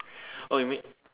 oh you mean